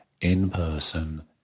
in-person